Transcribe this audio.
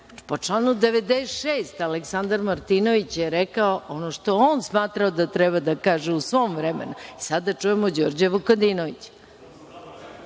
članu 96, Aleksandar Martinović je rekao ono što je on smatrao da treba da kaže u svom vremenu. Sada da čujemo Đorđa Vukadinovića.(Boško